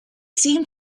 seemed